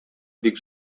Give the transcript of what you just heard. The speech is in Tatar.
бик